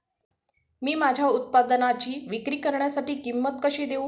मी माझ्या उत्पादनाची विक्री करण्यासाठी किंमत कशी देऊ?